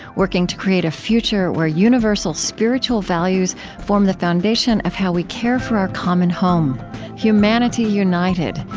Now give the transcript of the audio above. working to create a future where universal spiritual values form the foundation of how we care for our common home humanity united,